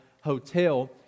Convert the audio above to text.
Hotel